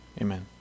Amen